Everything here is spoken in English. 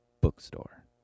bookstore